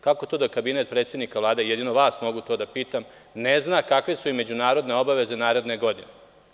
Kako to da Kabinet predsednika Vlade, jedino vas to mogu da pitam, ne zna kakve su međunarodne obaveze naredne godine?